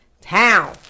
town